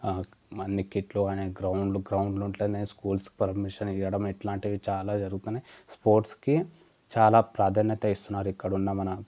అన్ని కిట్లు అనే గ్రౌండ్ గ్రౌండ్లు ఉంటూనే స్కూల్స్ పర్మిషన్ ఇవ్వడం ఇట్లాంటివి చాలా జరుగుతున్నాయి స్పోర్ట్స్కి చాలా ప్రాధాన్యత ఇస్తున్నారు ఇక్కడున్న మన